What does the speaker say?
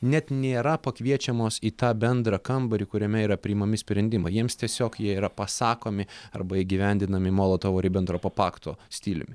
net nėra pakviečiamos į tą bendrą kambarį kuriame yra priimami sprendimai jiems tiesiog jie yra pasakomi arba įgyvendinami molotovo ribentropo pakto stiliumi